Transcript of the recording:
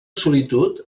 solitud